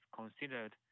considered